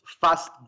fast